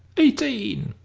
eighteen,